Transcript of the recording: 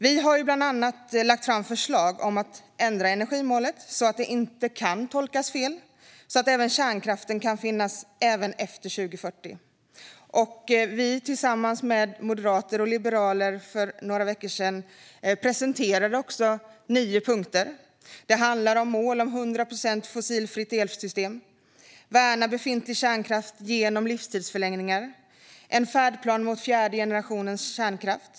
Vi har bland annat lagt fram förslag om att ändra energimålet så att det inte kan tolkas fel och så att kärnkraften kan finnas kvar även efter 2040. Tillsammans med både moderater och liberaler presenterade vi för några veckor sedan nio punkter. Vi har ett mål om ett 100 procent fossilfritt elsystem. Vi vill värna befintlig kärnkraft genom livstidsförlängningar. Vi vill ha en färdplan mot fjärde generationens kärnkraft.